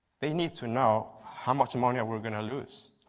they need to know how much money we are going to lose.